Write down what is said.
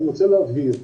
אני רוצה להבהיר,